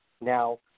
Now